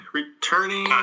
returning